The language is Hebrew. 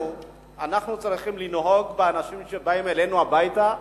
אנחנו צריכים לנהוג באנשים שבאים אלינו הביתה בהגינות,